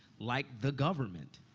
like the government.